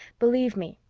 believe me,